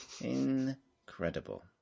Incredible